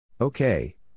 Okay